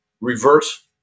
reverse-